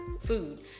food